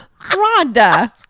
Rhonda